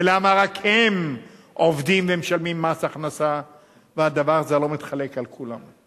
ולמה רק הם עובדים ומשלמים מס הכנסה והדבר הזה לא מתחלק בין כולם.